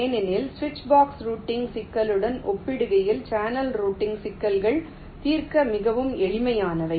ஏனெனில் சுவிட்ச் box routing சிக்கலுடன் ஒப்பிடுகையில் சேனல் ரூட்டிங் சிக்கல்கள் தீர்க்க மிகவும் எளிமையானவை